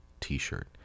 t-shirt